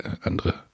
andere